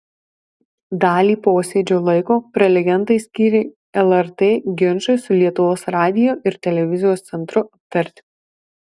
dalį posėdžio laiko prelegentai skyrė lrt ginčui su lietuvos radijo ir televizijos centru aptarti